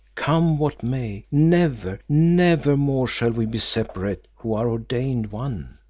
come what may, never, never more shall we be separate who are ordained one.